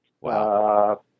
Wow